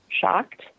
shocked